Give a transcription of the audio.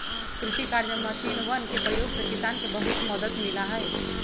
कृषि कार्य में मशीनवन के प्रयोग से किसान के बहुत मदद मिला हई